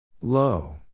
Low